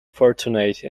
fortunate